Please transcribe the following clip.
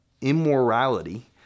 immorality